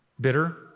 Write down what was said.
bitter